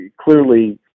clearly